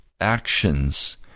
actions